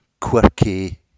quirky